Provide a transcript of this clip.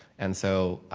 and so